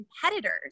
competitors